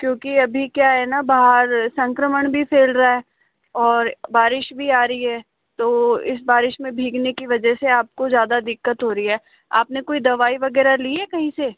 क्योकि अभी क्या है न बाहर संक्रमण भी फैल रहा है और बारिश भी आ रही है तो इस बारिश में भीगने की वजह से आपको ज़्यादा दिक्कत हो रही है आपने कोई दवाई वगैरह ली है कहीं से